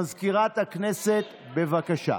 מזכירת הכנסת, בבקשה.